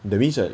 that means that